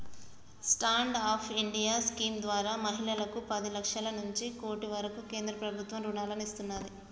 stand up India scheme ద్వారా మహిళలకు పది లక్షల నుంచి కోటి వరకు కేంద్ర ప్రభుత్వం రుణాలను ఇస్తున్నాది